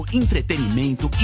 entretenimento